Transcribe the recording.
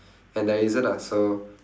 and there isn't lah so